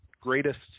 greatest